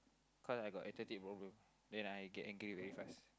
because I got attitude problem then I get angry very fast